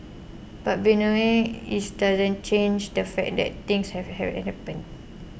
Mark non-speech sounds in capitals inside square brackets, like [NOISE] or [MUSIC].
but bemoaning it doesn't change the fact that things have [UNINTELLIGIBLE] happened